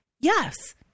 yes